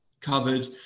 covered